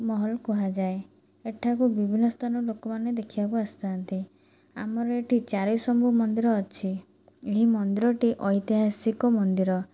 ମହଲ କୁହାଯାଏ ଏଠାକୁ ବିଭିନ୍ନ ସ୍ଥାନର ଲୋକମାନେ ଦେଖିବାକୁ ଆସିଥାନ୍ତି ଆମର ଏଠି ଚାରିଶମ୍ଭୁ ମନ୍ଦିର ଅଛି ଏହି ମନ୍ଦିରଟି ଐତିହାସିକ ମନ୍ଦିର